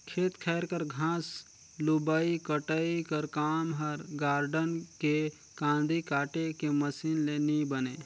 खेत खाएर कर घांस लुबई कटई कर काम हर गारडन के कांदी काटे के मसीन ले नी बने